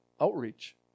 outreach